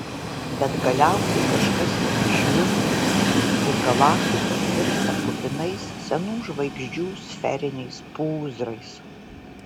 bet galiausiai kažkas jas išjungia ir galaktikos virsta kupinais senų žvaigždžių sferiniais pūzrais